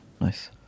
Nice